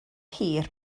hir